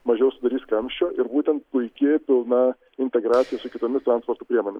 mažiau sudarys kamščio ir būtent puiki pilna integracija su kitomis transporto priemonėmis